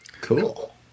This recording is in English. Cool